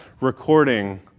recording